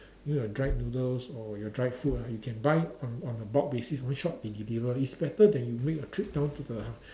even your dried noodles or your dried food ah you can buy on on a bulk basis one shot they deliver it's better than you make a trip down to the